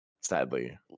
Sadly